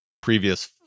previous